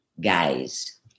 guys